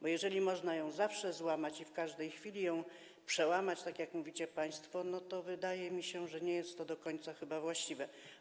Bo jeżeli można ją zawsze złamać, w każdej chwili przełamać, tak jak mówicie państwo, to wydaje mi się, że nie jest to do końca chyba właściwe.